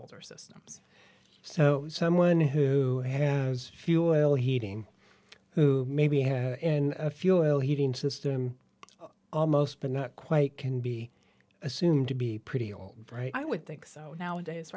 older systems so someone who has fuel heating who maybe have in a fuel heating system almost but not quite can be assumed to be pretty all right i would think so nowadays